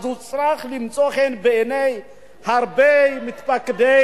אז הוא צריך למצוא חן בעיני הרבה מתפקדי